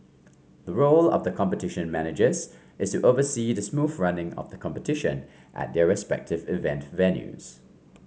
the role of the Competition Managers is oversee the smooth running of the competition at their respective event venues